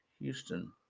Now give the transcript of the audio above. Houston